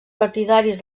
partidaris